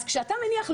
אז כשאתה מניח,